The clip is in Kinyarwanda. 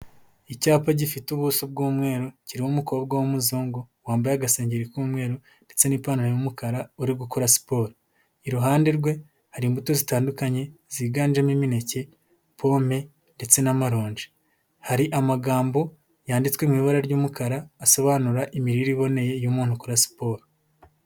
Icyapa gifite ubuso bw'umweru, kiriho umukobwa w'umuzungu, wambaye agasengeri k'umweru ndetse n'ipantaro y'umukara uri gukora siporo, iruhande rwe hari imbuto zitandukanye ziganjemo imineke, pome ndetse n'amaronji, hari amagambo yanditswe mu ibara ry'umukara, asobanura imirire iboneye y'umuntu ukora siporo.